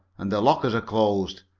and the lockers are closed,